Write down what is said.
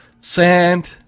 sand